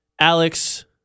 Alex